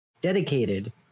dedicated